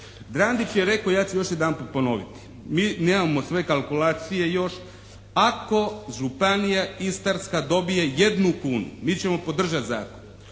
Drandić je rekao, ja ću još jedanput ponoviti. Mi nemamo sve kalkulacije još. «Ako županija Istarska dobije jednu kunu mi ćemo podržati zakon.»